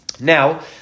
Now